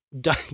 Die